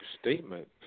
Statement